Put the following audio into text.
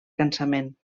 cansament